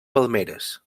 palmeres